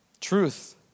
truth